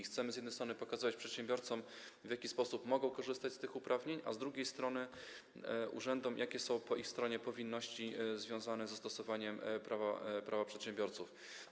Chcemy z jednej strony pokazać przedsiębiorcom, w jaki sposób mogą korzystać z tych uprawnień, a z drugiej strony - urzędom, jakie są po ich stronie powinności związane ze stosowaniem Prawa przedsiębiorców.